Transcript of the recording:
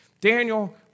Daniel